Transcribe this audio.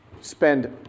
Spend